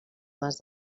mas